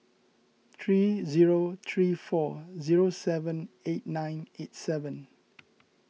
three zero three four zero seven eight nine eight seven